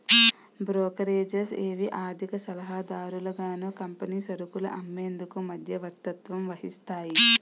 brokerages ఏవి ఆర్థిక సలహాదారులుగాను కంపెనీ సరుకులు అమ్మేందుకు మధ్యవర్తత్వం వహిస్తాయి